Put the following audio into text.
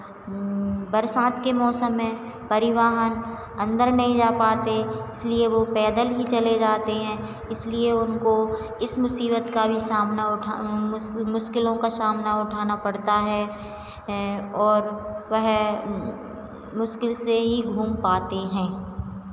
बरसात के मौसम में परिवहन अंदर नहीं जा पाते इसलिए वो पैदल ही चले जाते हैं इसलिए उनको इस मुसीबत का भी सामना उठाना मुश्किलों का सामना उठाना पड़ता है और वह मुश्किल से ही घूम पाते हैं